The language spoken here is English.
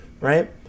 right